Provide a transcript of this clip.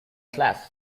slash